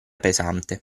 pesante